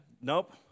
Nope